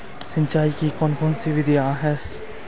सिंचाई की कौन कौन सी विधियां हैं?